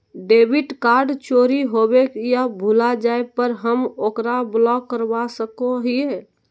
debit card चोरी होवे या भुला जाय पर हम ओकरा ब्लॉक करवा सको हियै